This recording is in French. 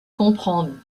comprend